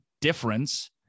difference